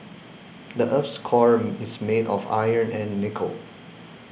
the earth's core is made of iron and nickel